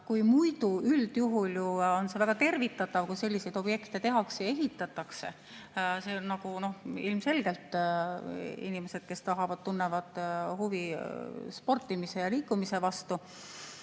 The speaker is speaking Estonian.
Muidu, üldjuhul on see väga tervitatav, kui selliseid objekte tehakse, ehitatakse – ilmselgelt inimesed tunnevad huvi sportimise ja liikumise vastu